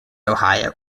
ohio